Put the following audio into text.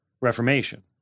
reformation